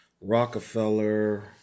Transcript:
Rockefeller